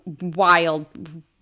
wild